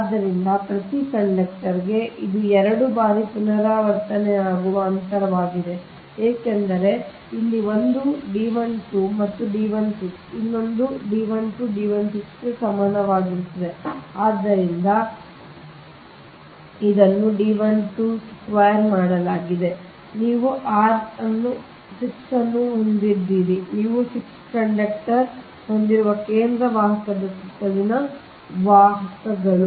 ಆದ್ದರಿಂದ ಪ್ರತಿ ಕಂಡಕ್ಟರ್ಗೆ ಇದು ಎರಡು ಬಾರಿ ಪುನರಾವರ್ತನೆಯಾಗುವ ಅಂತರ ವಾಗಿದೆ ಏಕೆಂದರೆ ಇಲ್ಲಿ ಒಂದು D12 ಮತ್ತು D16 ಅವು ಒಂದೇ D12 D16 ಗೆ ಸಮಾನವಾಗಿರುತ್ತದೆ ಆದ್ದರಿಂದ ಇಲ್ಲಿ ಇದನ್ನು D12² ಮಾಡಲಾಗಿದೆ ಆದರೆ ನೀವು 6 ಅನ್ನು ಹೊಂದಿದ್ದೀರಿ ನೀವು 6 ಕಂಡಕ್ಟರ್ ಹೊಂದಿರುವ ಕೇಂದ್ರ ವಾಹಕದ ಸುತ್ತಲಿನ ವಾಹಕಗಳು